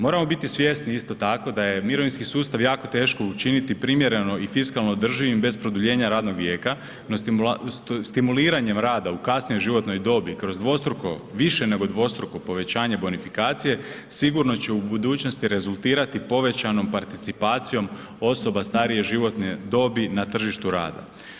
Moramo biti svjesni isto tako da je mirovinski sustav jako teško učiniti primjereno i fiskalno održivim bez produljenja radnog vijeka, no stimuliranjem rada u kasnijoj životnoj dobi kroz dvostruko, više nego dvostruko povećanje bonifikacije sigurno će u budućnosti rezultirati povećanom participacijom osoba starije životne dobi na tržištu rada.